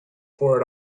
for